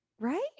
right